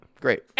Great